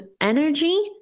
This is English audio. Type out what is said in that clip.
energy